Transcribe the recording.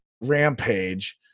Rampage